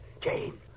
Jane